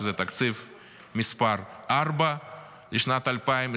שזה תקציב מס' 4 לשנת 2024,